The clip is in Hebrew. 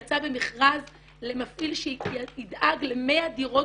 יצא במכרז למפעיל שידאג ל-100 דירות